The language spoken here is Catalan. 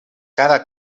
cara